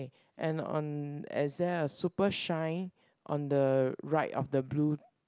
okay and on is there a super shine on the right of the blue